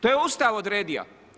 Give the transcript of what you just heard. To je Ustav odredio.